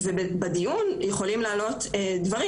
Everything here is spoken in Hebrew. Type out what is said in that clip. ובדיון יכולים לעלות דברים.